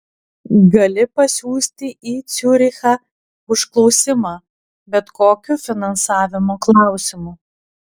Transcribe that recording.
gali pasiųsti į ciurichą užklausimą bet kokiu finansavimo klausimu